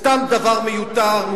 סתם דבר מיותר,